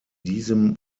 diesem